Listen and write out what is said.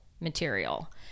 material